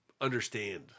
understand